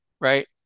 right